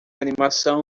animação